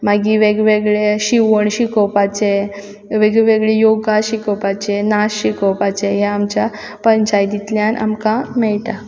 मागीर वेगवेगळे शिवण शिकोपाचें वेगवेगळी योगा शिकोपाचें नाच शिकोपाचे हें आमच्या पंचायतींतल्यान आमकां मेळटा